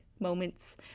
moments